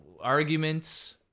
arguments